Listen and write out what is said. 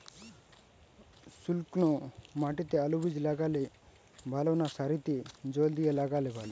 শুক্নো মাটিতে আলুবীজ লাগালে ভালো না সারিতে জল দিয়ে লাগালে ভালো?